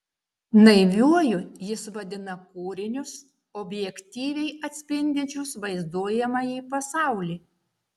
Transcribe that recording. naiviuoju jis vadina kūrinius objektyviai atspindinčius vaizduojamąjį pasaulį